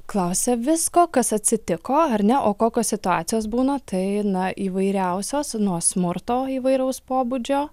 klausia visko kas atsitiko ar ne o kokios situacijos būna tai na įvairiausios nuo smurto įvairaus pobūdžio